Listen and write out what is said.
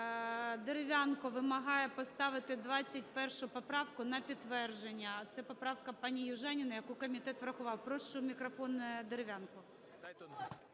Дерев'янко вимагає поставити 21 поправку на підтвердження. Це поправка пані Южаніної, яку комітет врахував. Прошу мікрофон Дерев'янку.